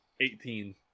Eighteen